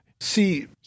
see